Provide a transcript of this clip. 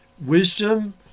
wisdom